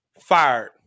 Fired